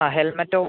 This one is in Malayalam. ആ ഹെൽമെറ്റോ